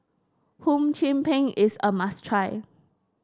Hum Chim Peng is a must try